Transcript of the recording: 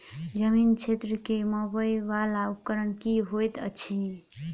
जमीन क्षेत्र केँ मापय वला उपकरण की होइत अछि?